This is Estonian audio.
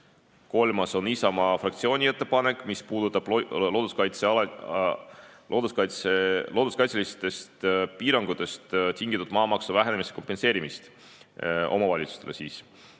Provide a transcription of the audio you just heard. Kolmas on Isamaa fraktsiooni ettepanek, mis puudutab looduskaitselistest piirangutest tingitud maamaksu vähenemise kompenseerimist omavalitsustele.